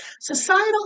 Societal